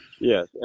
Yes